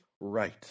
right